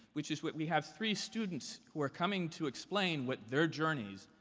which is what we have three students who are coming to explain what their journeys,